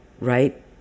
right